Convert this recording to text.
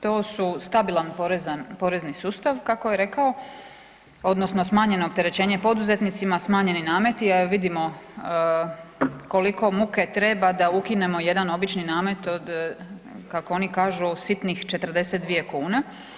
To su stabilan porezni sustav kako je rekao odnosno smanjeno opterećenje poduzetnicima, smanjeni nameti, a vidimo koliko muke treba da ukinemo jedan obični namete od kako oni kažu sitnih 42 kune.